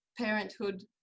parenthood